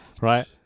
Right